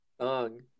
song